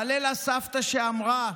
אהלל הסבתא שאמרה: